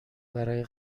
برای